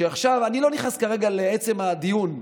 אני לא נכנס כרגע לעצם הדיון,